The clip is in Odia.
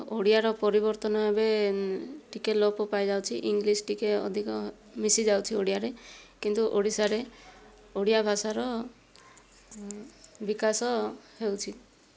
ଓଡ଼ିଆର ପରିବର୍ତନ ଏବେ ଟିକିଏ ଲୋପ ପାଇଯାଉଛି ଇଙ୍ଗ୍ଲିଶ ଟିକେ ଅଧିକ ମିଶି ଯାଉଛି ଓଡ଼ିଆରେ କିନ୍ତୁ ଓଡ଼ିଶାରେ ଓଡ଼ିଆ ଭାଷାର ବିକାଶ ହେଉଛି